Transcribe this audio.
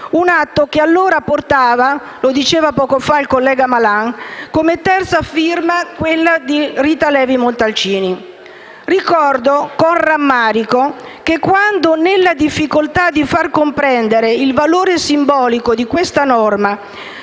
un atto che allora portava - come ha ricordato poc'anzi il collega Malan - come terza firma quella di Rita Levi Montalcini. Ricordo con rammarico che quando, nella difficoltà di far comprendere il valore simbolico di questa norma,